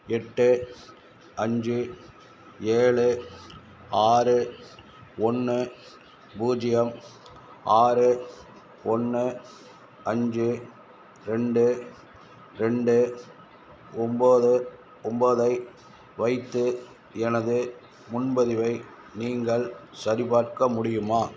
எட்டு அஞ்சு ஏழு ஆறு ஒன்று பூஜ்ஜியம் ஆறு ஒன்று அஞ்சு ரெண்டு ரெண்டு ஒம்போது ஒம்போதை வைத்து எனது முன்பதிவை நீங்கள் சரிபார்க்க முடியுமா